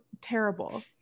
terrible